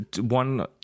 one